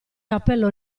cappello